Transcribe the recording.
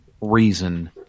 reason